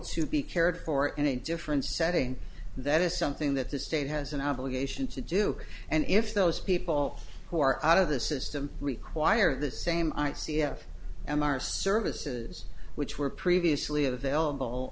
to be cared for in a different setting that is something that the state has an obligation to do and if those people who are out of the system require the same c f m r services which were previously available